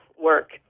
work